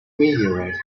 meteorite